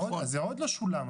זה עוד לא שולם.